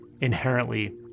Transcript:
inherently